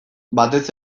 batez